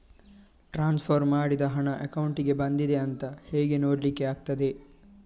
Transfer ಮಾಡಿದ ಹಣ ಅಕೌಂಟಿಗೆ ಬಂದಿದೆ ಅಂತ ಹೇಗೆ ನೋಡ್ಲಿಕ್ಕೆ ಆಗ್ತದೆ?